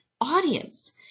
audience